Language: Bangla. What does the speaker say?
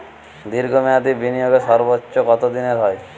দীর্ঘ মেয়াদি বিনিয়োগের সর্বোচ্চ কত দিনের হয়?